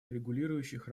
регулирующих